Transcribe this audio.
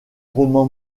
roman